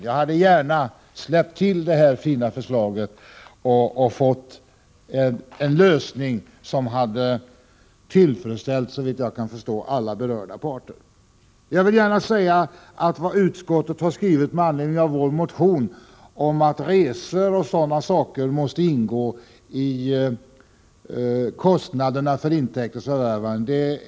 Jag hade gärna släppt till det här fina förslaget och fått till stånd en lösning som såvitt jag kan förstå hade tillfredsställt alla berörda parter. Jag vill gärna säga att jag tycker det är mycket positivt att ett enigt utskott noterat vad vi framfört i vår motion om att resor och sådant måste ingå i kostnaderna för intäkternas förvärvande.